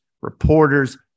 reporters